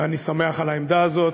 ואני שמח על העמדה הזאת,